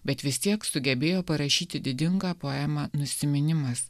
bet vis tiek sugebėjo parašyti didingą poemą nusiminimas